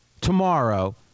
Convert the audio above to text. tomorrow –